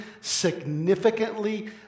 significantly